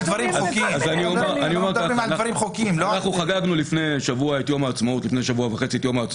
--- אנחנו חגגנו לא מזמן את יום העצמאות,